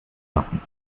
machen